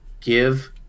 Give